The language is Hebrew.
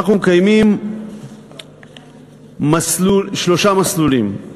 אנחנו מקיימים שלושה מסלולים: